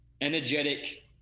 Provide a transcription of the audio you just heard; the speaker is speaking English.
energetic